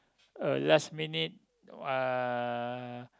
a last minute uh